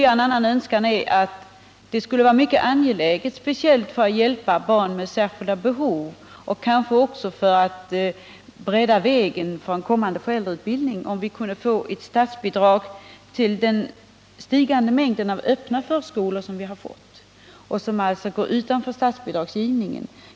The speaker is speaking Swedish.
En annan mycket angelägen önskan, speciellt för att hjälpa barn med särskilda behov av samhällets stöd och kanske även för att bereda vägen för en kommande föräldrautbildning, är ett statsbidrag till den stigande mängden öppna förskolor. De går alltså i dag utanför statsbidragsgivningen.